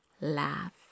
laugh